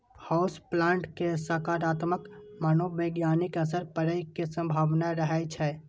house plant के सकारात्मक मनोवैज्ञानिक असर पड़ै के संभावना रहै छै